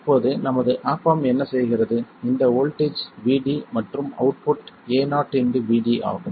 இப்போது நமது op amp என்ன செய்கிறது இந்த வோல்ட்டேஜ் Vd மற்றும் அவுட்புட் AoVd ஆகும்